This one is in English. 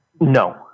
No